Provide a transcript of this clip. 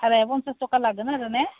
भाराया पन्सास थाखा लागोन आरो ने